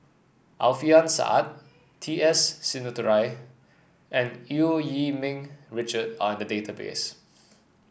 Alfian Sa'at T S Sinnathuray and Eu Yee Ming Richard are in the database